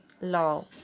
law